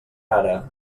ara